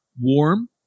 warm